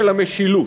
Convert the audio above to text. של המשילות.